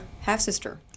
half-sister